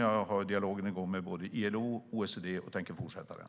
Jag för en dialog med både ILO och OECD och tänker fortsätta den.